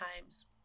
times